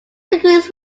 decrease